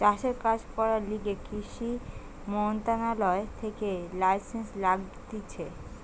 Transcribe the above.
চাষের কাজ করার লিগে কৃষি মন্ত্রণালয় থেকে লাইসেন্স লাগতিছে